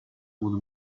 would